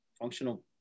functional